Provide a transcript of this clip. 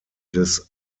des